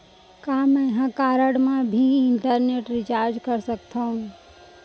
का मैं ह कारड मा भी इंटरनेट रिचार्ज कर सकथो